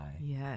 Yes